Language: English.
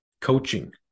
coaching